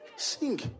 Sing